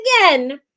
again